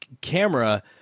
camera